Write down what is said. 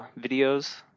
videos